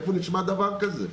איפה נשמע דבר כזה?